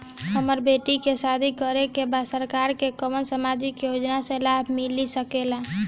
हमर बेटी के शादी करे के बा सरकार के कवन सामाजिक योजना से लाभ मिल सके ला?